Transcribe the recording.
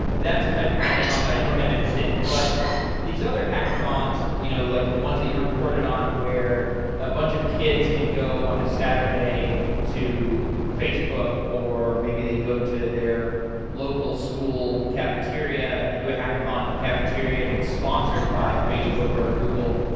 that's a type of hackathon that i don't have interest in, but these other hackathons, you know like the ones that you reported on where a bunch of kids can go on a saturday to facebook or maybe they go to their local school cafeteria and they do a hackathon in the cafeteria and it's sponsored by facebook or google,